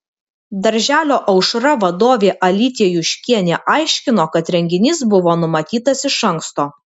darželio aušra vadovė alytė juškienė aiškino kad renginys buvo numatytas iš anksto